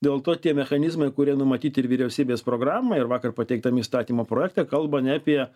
dėl to tie mechanizmai kurie numatyti ir vyriausybės programoj ir vakar pateiktam įstatymo projekte kalba ne apie